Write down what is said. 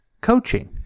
coaching